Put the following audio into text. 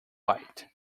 bite